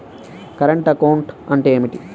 Current account అంటే ఏమిటి?